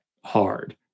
hard